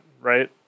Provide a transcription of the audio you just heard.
right